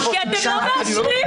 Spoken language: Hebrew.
אתם לא מאשרים את זה.